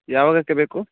ಯಾವಾಗಕ್ಕೆ ಬೇಕು